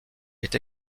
est